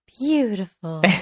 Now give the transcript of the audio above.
beautiful